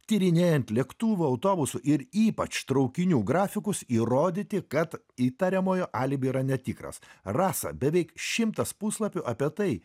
tyrinėjant lėktuvų autobusų ir ypač traukinių grafikus įrodyti kad įtariamojo alibi yra netikras rasa beveik šimtas puslapių apie tai